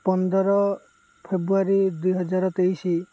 ପନ୍ଦର ଫେବୃଆରୀ ଦୁଇହଜାର ତେଇଶ